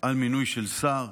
על מינוי של שר.